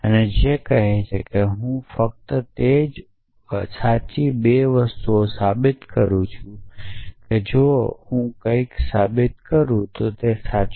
અને આ રીતે સુસંગતતા એ સાઉન્ડનેસ સાથે દર્શાવી શકાય છે જે કહે છે કે હું આ બંને વસ્તુઓ સાથે સાબિત કરી ન શકું